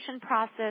process